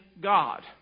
God